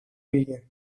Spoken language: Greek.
πήγε